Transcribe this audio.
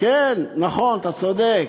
כן, נכון, אתה צודק.